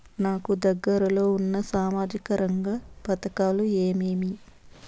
నాకు దగ్గర లో ఉన్న సామాజిక రంగ పథకాలు ఏమేమీ?